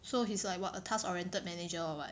so he's like what a task oriented manager or what